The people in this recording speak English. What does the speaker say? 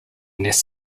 nest